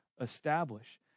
establish